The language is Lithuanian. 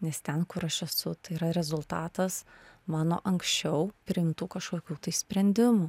nes ten kur aš esu tai yra rezultatas mano anksčiau priimtų kažkokių tai sprendimų